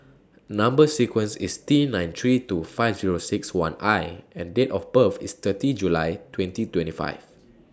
Number sequence IS T nine three two five Zero six one I and Date of birth IS thirty July twenty twenty five